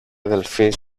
αδελφή